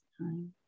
time